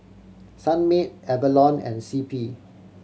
Sunmaid Avalon and C P